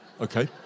Okay